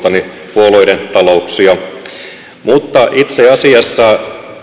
puolueiden talouksia mutta itse asiassa